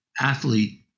athlete